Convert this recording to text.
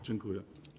Dziękuję.